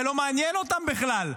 זה לא מעניין אותם בכלל.